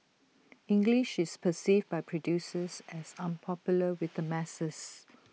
English is perceived by producers as unpopular with the masses